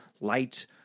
light